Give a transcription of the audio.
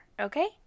Okay